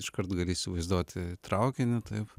iškart gali įsivaizduoti traukinį taip